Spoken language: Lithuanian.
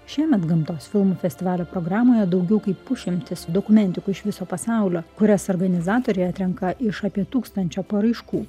šiemet gamtos filmų festivalio programoje daugiau kaip pusšimtis dokumentikų iš viso pasaulio kurias organizatoriai atrenka iš apie tūkstančio paraiškų